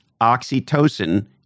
oxytocin